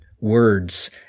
words